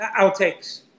outtakes